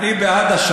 בעד מי אתה?